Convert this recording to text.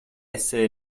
essere